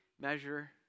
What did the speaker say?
measure